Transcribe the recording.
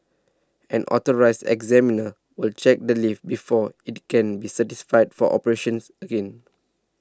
an Authorised Examiner will check the lift before it can be certified for operations again